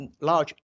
large